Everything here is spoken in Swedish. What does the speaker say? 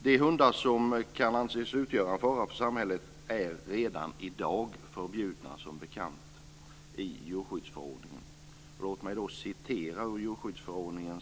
De hundar som kan anses utgöra en fara för samhället är redan i dag, som bekant, förbjudna enligt djurskyddsförordningen.